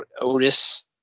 Otis